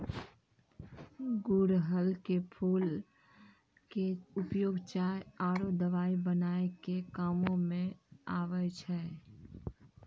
गुड़हल के फूल के उपयोग चाय आरो दवाई बनाय के कामों म आबै छै